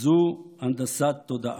זו הנדסת תודעה.